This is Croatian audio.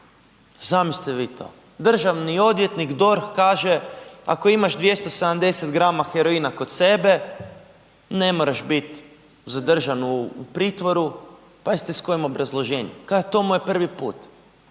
zamislite vi to. Državni odvjetnik, DORH kaže ako imaš 270 grama heroina kod sebe ne moraš biti za državnu pritvoru pazite s kojim obrazloženjem, kaže to mu je prvi put